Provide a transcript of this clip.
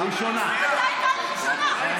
עוד לא הייתה לי ראשונה.